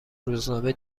روزنامه